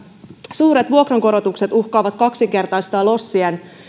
suuret vuokrankorotukset uhkaavat kaksinkertaistaa lossien